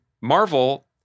Marvel